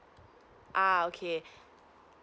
ah okay